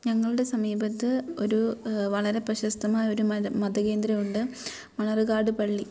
ഞങ്ങളുടെ സമീപത്ത് ഒരു വളരെ പ്രശസ്തമായ ഒരു മര മത കേന്ദ്രമുണ്ട് മണർ കാട് പള്ളി